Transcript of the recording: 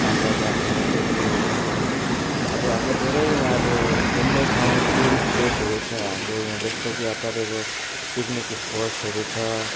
मालबजार छ सिलगढी छ होइन अब हाम्रो धेरै यहाँ अब घुम्ने ठाउँ टुरिस्ट प्लेसहरू छ हाम्रो यहाँ जस्तो कि अब तपाईँको पिक्निक स्पोट्सहरू छ